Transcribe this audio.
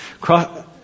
Cross